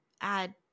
add